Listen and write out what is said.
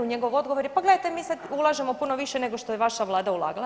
Njegov odgovor je – pa gledajte mi sada ulažemo puno više, nego što je vaša Vlada ulagala.